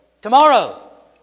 tomorrow